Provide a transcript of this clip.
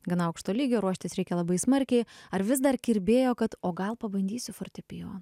gan aukšto lygio ruoštis reikia labai smarkiai ar vis dar kirbėjo kad o gal pabandysiu fortepijo